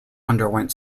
underwent